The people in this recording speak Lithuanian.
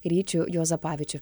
ryčiu juozapavičiu